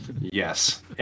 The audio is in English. Yes